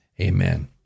amen